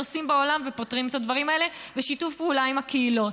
נוסעים בעולם ופותרים את הדברים האלה בשיתוף פעולה עם הקהילות.